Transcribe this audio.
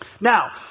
Now